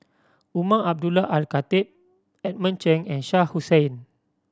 Umar Abdullah Al Khatib Edmund Cheng and Shah Hussain